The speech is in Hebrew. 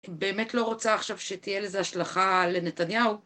היא באמת לא רוצה עכשיו שתהיה לזה השלכה לנתניהו.